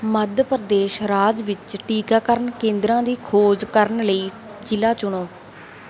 ਮੱਧ ਪ੍ਰਦੇਸ਼ ਰਾਜ ਵਿੱਚ ਟੀਕਾਕਰਨ ਕੇਂਦਰਾਂ ਦੀ ਖੋਜ ਕਰਨ ਲਈ ਜ਼ਿਲ੍ਹਾ ਚੁਣੋ